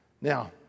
Now